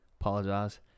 Apologize